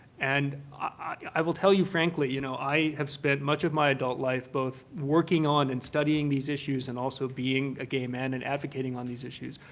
and i will tell you frankly, you know, i have spent much of my adult life both working on and studying these issues and also being a gay man and advocating on these issues.